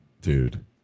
Dude